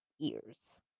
ears